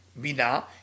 Bina